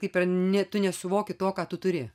kaip ir ne tu nesuvoki to ką tu turi